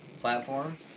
platform